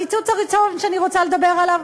הקיצוץ הראשון שאני רוצה לדבר עליו,